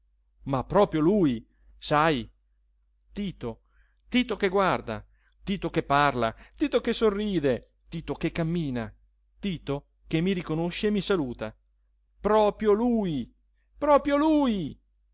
ma proprio lui sai tito tito che guarda tito che parla tito che sorride tito che cammina tito che mi riconosce e mi saluta proprio lui proprio lui